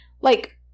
Like-